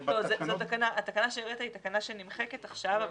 התקנה שהעלית היא תקנה שנמחקת עכשיו.